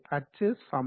hs0ஆகும்